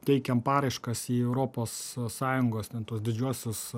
teikiam paraiškas į europos sąjungos ten tuos didžiuosius